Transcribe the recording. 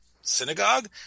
synagogue